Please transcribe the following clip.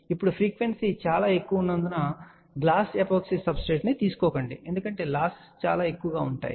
ఇప్పుడు ఫ్రీక్వెన్సీ చాలా ఎక్కువగా ఉన్నందున దయచేసి గ్లాస్ ఎపోక్సీ సబ్స్ట్రేట్ తీసుకోకండి ఎందుకంటే లాసెస్ చాలా ఎక్కువగా ఉంటాయి